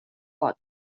pot